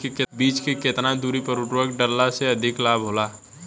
बीज के केतना दूरी पर उर्वरक डाले से अधिक लाभ होला?